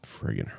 friggin